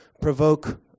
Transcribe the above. provoke